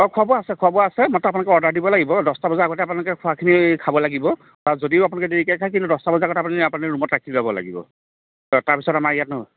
অ খোৱা বোৱা আছে খোৱা বোৱা আছে মাত্ৰ আপোনালোকে অৰ্ডাৰ দিব লাগিব দহটা বজাৰ আগতে আপোনালোকে খোৱাখিনি খাব লাগিব আৰু যদি আপোনালোকে দেৰীকৈ খায় কিন্তু দহটা বজাৰ আগত আপুনি ইয়াৰ পৰা নি ৰুমত ৰাখি ল'ব লাগিব তাৰপিছত আমাৰ ইয়াত